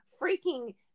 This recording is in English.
freaking